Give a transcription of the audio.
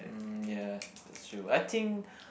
mm ya that's true I think